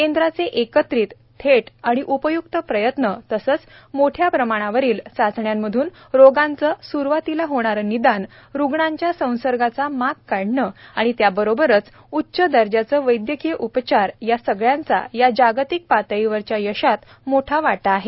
केंद्राचे एकत्रित थेट आणि उपय्क्त प्रयत्न तसेच मोठ्या प्रमाणावरील चाचण्यांमधून रोगाचे स्रुवातीसच होणारे निदान रुग्णांच्या संसर्गाचा माग काढणे आणि त्याबरोबरच उच्च दर्जाचे वैद्यकीय उपचार या सगळ्यांचा या जागतिक पातळीवरच्या यशात मोठा वाटा आहे